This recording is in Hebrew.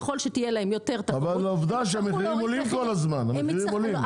ככל שתהיה להם יותר תחרות, הם יצטרכו להוריד מחיר.